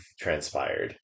transpired